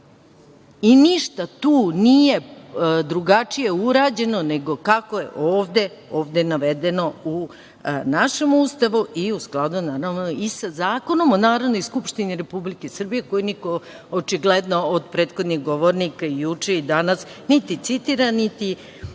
200.Ništa tu nije drugačije urađeno nego kako je ovde navedeno u našem Ustavu i u skladu, naravno, i sa Zakonom o Narodnoj Skupštini Republike Srbije koji niko, očigledno, od prethodnika govornika i juče i danas niti citira, niti je